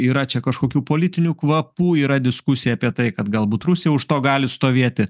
yra čia kažkokių politinių kvapų yra diskusija apie tai kad galbūt rusija už to gali stovėti